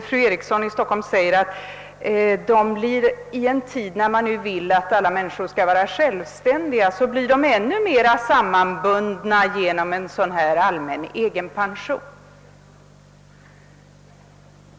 Fru Eriksson i Stockholm säger vidare att äkta makar skulle bli ännu mer sammanbundna genom en allmän egenpension, och detta i en tid då man vill att alla människor skall vara självständiga.